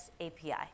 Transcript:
API